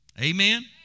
Amen